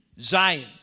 Zion